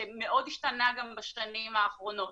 שמאוד השתנה גם בשנים האחרונות,